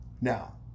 now